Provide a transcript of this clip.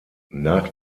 nach